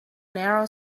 narrow